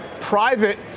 private